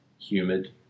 humid